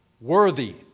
worthy